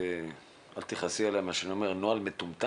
אל תכעסי על מה שאני אומר אבל נראה לי שזה